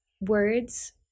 words